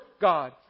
God